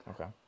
Okay